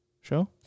show